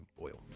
oil